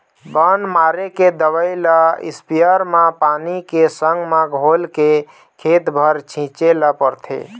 बन मारे के दवई ल इस्पेयर म पानी के संग म घोलके खेत भर छिंचे ल परथे